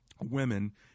women